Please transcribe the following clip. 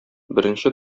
беренче